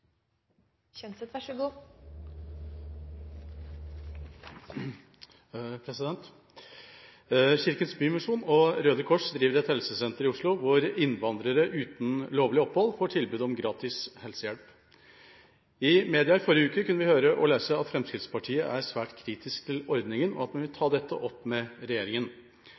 Røde Kors driver et helsesenter i Oslo hvor innvandrere uten lovlig opphold får tilbud om gratis helsehjelp. I media har vi kunnet høre og lese at Fremskrittspartiet er svært kritisk til ordningen, og at man vil ta opp dette med